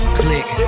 click